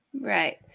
Right